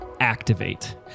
Activate